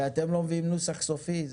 ואתם לא מביאים נוסח סופי.